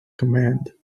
command